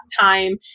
time